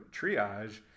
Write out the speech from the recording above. triage